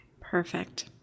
Perfect